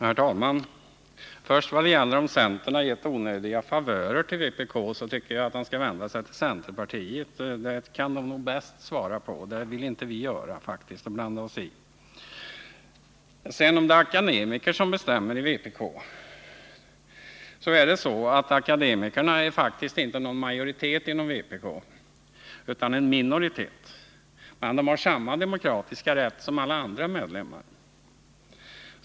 Herr talman! Vad först gäller frågan huruvida centern har givit onödiga favörer till vpk, så tycker jag att Sture Ericson skall vända sig till centerpartiet. Detta kan nog centerpartisterna bäst svara på — det vill vi inte blanda oss i. Beträffande uttalandet att det är akademiker som bestämmer i vpk, så vill jag säga att akademikerna faktiskt inte är någon majoritet inom vpk utan en minoritet, men de har samma demokratiska rätt som alla andra medlemmar.